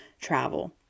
travel